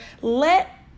let